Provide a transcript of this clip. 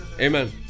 Amen